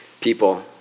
people